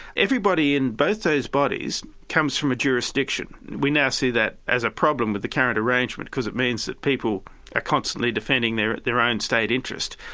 everybody in both those bodies comes from a jurisdiction. we now see that as a problem with the current arrangement because it means that people are constantly defending their their own state interest.